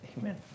Amen